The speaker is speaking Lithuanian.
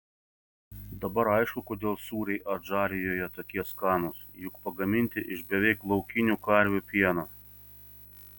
dabar aišku kodėl sūriai adžarijoje tokie skanūs juk pagaminti iš beveik laukinių karvių pieno